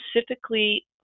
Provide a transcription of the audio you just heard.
specifically